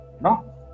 No